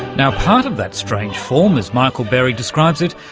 now, part of that strange form, as michael berry describes it,